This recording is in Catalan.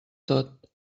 tot